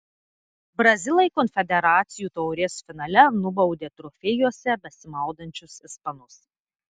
brazilai konfederacijų taurės finale nubaudė trofėjuose besimaudančius ispanus